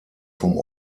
vom